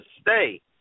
stay